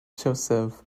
joseph